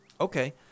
okay